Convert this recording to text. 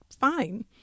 fine